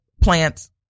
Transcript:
plants